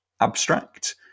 abstract